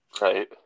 Right